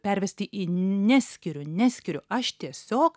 pervesti į neskiriu neskiriu aš tiesiog